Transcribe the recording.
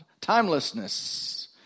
Timelessness